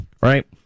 Right